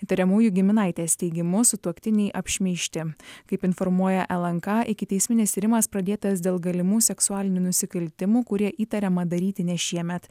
įtariamųjų giminaitės teigimu sutuoktiniai apšmeižti kaip informuoja lnk ikiteisminis tyrimas pradėtas dėl galimų seksualinių nusikaltimų kurie įtariama daryti ne šiemet